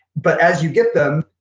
but as you get them,